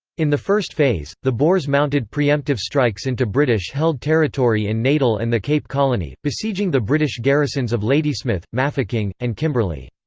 in the first phase, the boers mounted preemptive strikes into british-held territory in natal and the cape colony, besieging the british garrisons of ladysmith, mafeking, and kimberley.